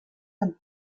amb